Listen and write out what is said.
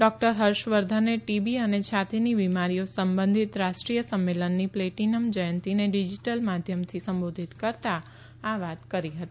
doctor હર્ષવર્ધને TB અને છાતીની બીમારીઓ સંબંધિત રાષ્ટ્રીય સંમેલનની પ્લેટીનમ જયંતીને ડીજીટલ માધ્યમથી સંબોધિત કરતા આ વાત કરી હતી